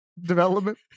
development